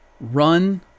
run